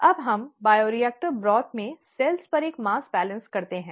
अब हम bioreactor broth में कोशिकाओं पर एक मास बैलेंस करते हैं